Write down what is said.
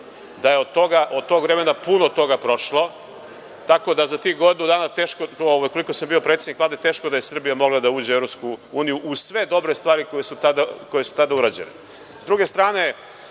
da je od tog vremena puno toga prošlo, tako da za tih godinu dana koliko sam bio predsednik Vlade, teško da je Srbija mogla da uđe u Evropsku uniju, uz sve dobre stvari koje su tada urađene.S